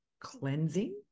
cleansing